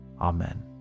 Amen